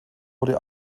wurde